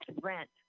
rent